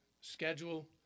schedule